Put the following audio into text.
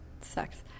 sucks